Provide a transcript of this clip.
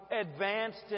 advanced